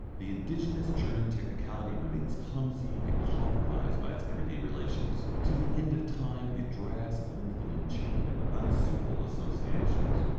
the indigenous german technicality remains clumsy and compromised by its everyday relations, to the end of time it drags a lengthening chain of unsuitable associations.